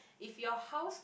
if your house